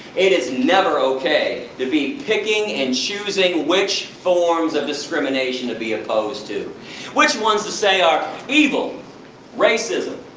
it is never ok to be picking and choosing which forms of discrimination to be opposed to. and which ones to say are evil racism.